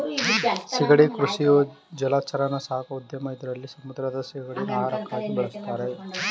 ಸಿಗಡಿ ಕೃಷಿಯು ಜಲಚರನ ಸಾಕೋ ಉದ್ಯಮ ಇದ್ರಲ್ಲಿ ಸಮುದ್ರದ ಸಿಗಡಿನ ಆಹಾರಕ್ಕಾಗ್ ಬಳುಸ್ತಾರೆ